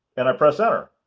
and i press enter.